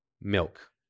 milk